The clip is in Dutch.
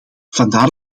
vandaar